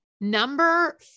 number